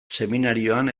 seminarioan